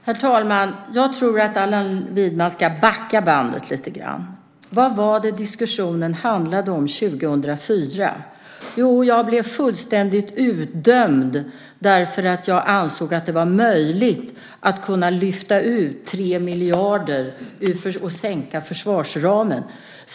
Herr talman! Jag tror att Allan Widman ska backa bandet lite grann. Vad var det diskussionen handlade om 2004? Jo, jag blev fullständigt utdömd därför att jag ansåg att det var möjligt att lyfta ut 3 miljarder och sänka försvarsramen.